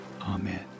amen